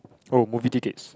oh movie tickets